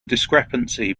discrepancy